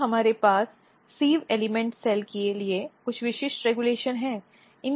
क्या हमारे पास सिव़ एलिमेंट सेल के लिए कुछ विशिष्ट रेगुलेशन है